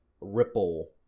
Ripple